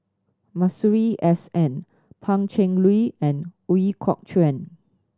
Masuri S N Pan Cheng Lui and Ooi Kok Chuen